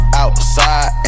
outside